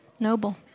noble